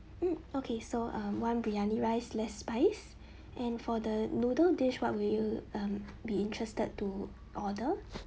hmm okay so uh one biryani rice less spice and for the noodle dish what would you um be interested to order